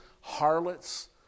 harlots